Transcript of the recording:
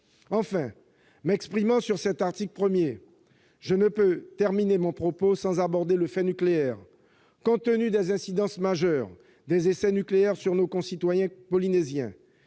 Enfin, m'exprimant sur cet article 1, je ne saurais terminer mon propos sans aborder le fait nucléaire. Étant donné les incidences majeures des essais nucléaires sur nos concitoyens polynésiens,